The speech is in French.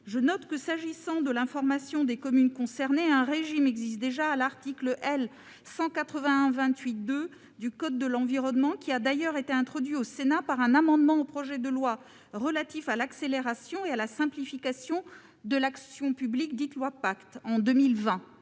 Je note que, s'agissant de l'information des communes concernées, un régime est déjà prévu à l'article L. 181-28-2 du code de l'environnement, lequel a d'ailleurs été introduit au Sénat par un amendement au projet de loi d'accélération et de simplification de l'action publique, dite loi ASAP, en 2020.